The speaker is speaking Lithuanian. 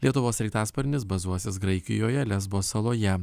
lietuvos sraigtasparnis bazuosis graikijoje lesbo saloje